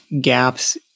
gaps